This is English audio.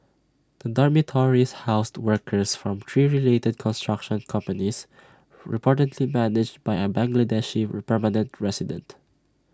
the dormitories housed workers from three related construction companies reportedly managed by an Bangladeshi permanent resident